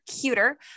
cuter